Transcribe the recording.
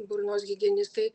burnos higienistai